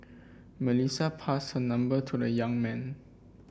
Melissa passed her number to the young man